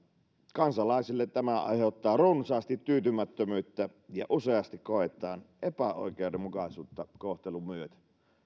kansalaisille tämä aiheuttaa runsaasti tyytymättömyyttä ja useasti koetaan epäoikeudenmukaisuutta kohtelun myötä